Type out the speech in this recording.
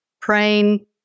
praying